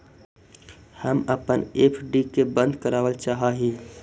हम अपन एफ.डी के बंद करावल चाह ही